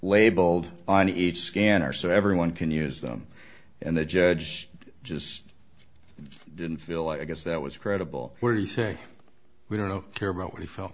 labeled on each scanner so everyone can use them and the judge just didn't feel like i guess that was credible where they say we don't know care about what he felt